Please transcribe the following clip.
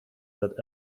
that